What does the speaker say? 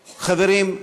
חברים,